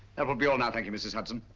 that will be all now. thank you, mrs. hudson.